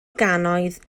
gannoedd